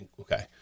okay